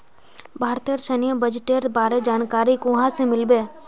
भारतेर सैन्य बजटेर बारे जानकारी कुहाँ से मिल बे